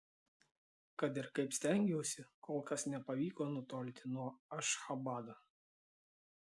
kad ir kaip stengiausi kol kas nepavyko nutolti nuo ašchabado